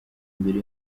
mbere